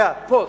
פוסט.